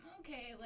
okay